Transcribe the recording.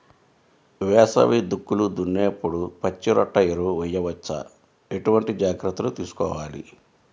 వేసవి దుక్కులు దున్నేప్పుడు పచ్చిరొట్ట ఎరువు వేయవచ్చా? ఎటువంటి జాగ్రత్తలు తీసుకోవాలి?